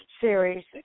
series